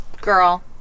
Girl